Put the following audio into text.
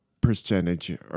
percentage